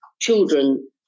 children